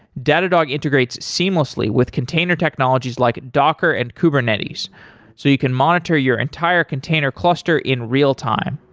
datadog integrates seamlessly with container technologies like docker and kubernetes so you can monitor your entire container cluster in real-time.